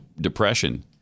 depression